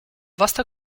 vasta